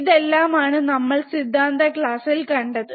ഇതെല്ലാമാണ് നമ്മൾ സിദ്ധാന്താ ക്ലാസ്സിൽ കണ്ടത്